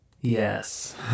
Yes